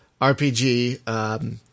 RPG